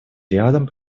рядом